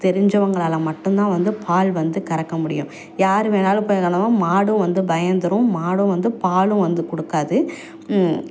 தெரிஞ்சவங்களால மட்டும் தான் வந்து பால் வந்து கறக்க முடியும் யார் வேணாலும் போய் கறந்தாலும் மாடும் வந்து பயந்துடும் மாடும் வந்து பாலும் வந்து கொடுக்காது